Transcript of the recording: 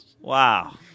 Wow